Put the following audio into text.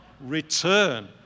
return